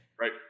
right